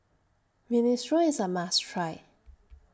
Minestrone IS A must Try